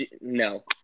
No